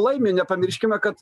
laimi nepamirškime kad